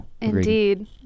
Indeed